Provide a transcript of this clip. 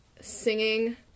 singing